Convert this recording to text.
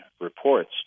reports